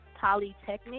Polytechnic